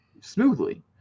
smoothly